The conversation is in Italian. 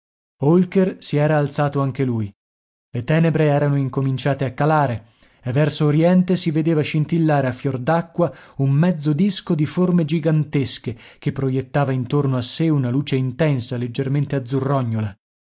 holker si era alzato anche lui le tenebre erano incominciate a calare e verso oriente si vedeva scintillare a fior d'acqua un mezzo disco di forme gigantesche che proiettava intorno a sé una luce intensa leggermente azzurrognola